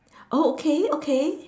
oh okay okay